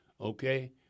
okay